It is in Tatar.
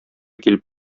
килеп